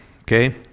okay